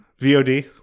VOD